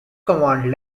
command